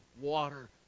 water